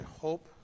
hope